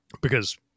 because-